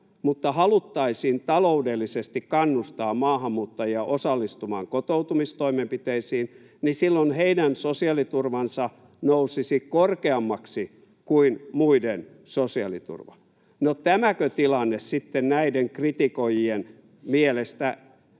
mutta haluttaisiin taloudellisesti kannustaa maahanmuuttajia osallistumaan kotoutumistoimenpiteisiin, niin silloin heidän sosiaaliturvansa nousisi korkeammaksi kuin muiden sosiaaliturva. No tämäkö tilanne sitten näiden kritikoijien mielestä